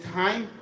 time